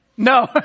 No